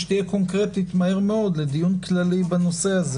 שתהיה קונקרטית מהר מאוד לדיון כללי בנושא הזה